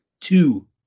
Two